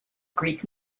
greek